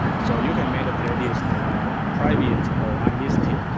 so you can make a playlist private or unlisted.